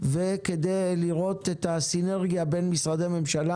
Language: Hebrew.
וכדי לראות את הסינרגיה בין משרדי הממשלה.